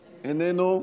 איננו,